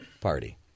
party